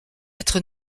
être